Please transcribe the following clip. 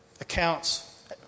accounts